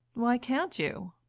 why can't you?